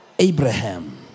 Abraham